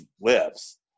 lives